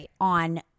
on